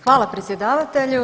Hvala predsjedavatelju.